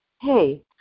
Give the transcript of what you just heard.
Hey